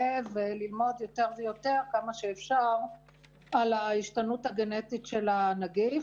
וללמוד יותר ויותר כמה שאפשר על ההשתנות הגנטית של הנגיף.